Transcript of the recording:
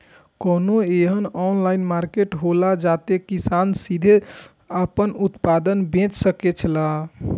कोनो एहन online market हौला जते किसान सीधे आपन उत्पाद बेच सकेत छला?